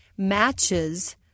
matches